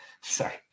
Sorry